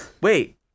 Wait